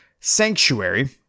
Sanctuary